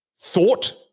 thought